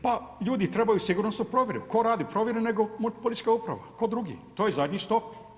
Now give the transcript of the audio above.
Pa ljudi trebaju sigurnosnu provjeru a tko radi provjeru nego policijska uprava, tko drugi, to je zadnji stop.